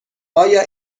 آیا